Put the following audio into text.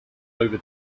over